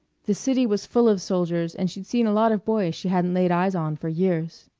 the city was full of soldiers and she'd seen a lot of boys she hadn't laid eyes on for years.